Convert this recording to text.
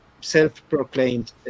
self-proclaimed